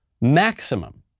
maximum